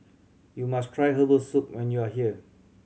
you must try herbal soup when you are here